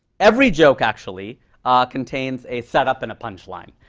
every joke actually ah contains a setup and a punch line.